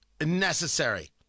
necessary